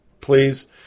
please